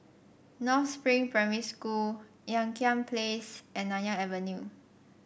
North Spring Primary School Ean Kiam Place and Nanyang Avenue